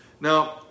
Now